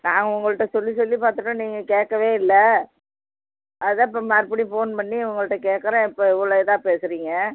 நான் உங்கள்கிட்ட சொல்லி சொல்லி பார்த்துட்டோம் நீங்கள் கேட்கவே இல்லை அதுதான் இப்போ மறுபடியும் ஃபோன் பண்ணி உங்கள்கிட்ட கேட்கறேன் இப்போ இவ்வளோ இதாக பேசுகிறிங்க